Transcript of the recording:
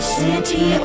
city